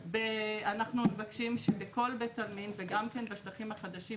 אנחנו מבקשים שבכל בית עלמין וגם כן בשטחים החדשים